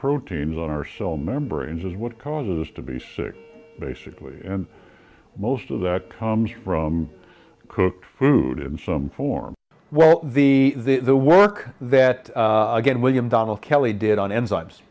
proteins on our cell membranes is what caused to be sick basically and most of that comes from cooked food in some form well the work that again william donald kelly did on enzymes